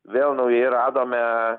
vėl naujai radome